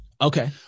Okay